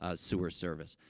ah sewer service.